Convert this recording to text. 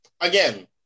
again